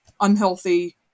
unhealthy